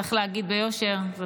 צריך להגיד ביושר, זה